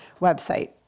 website